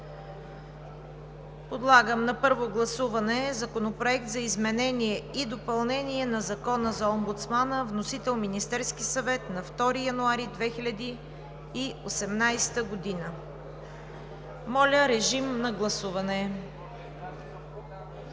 Подлагам на първо гласуване Законопроекта за изменение и допълнение на Закона за омбудсмана, вносител – Министерският съвет на 2 януари 2018 г. Гласували